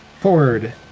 forward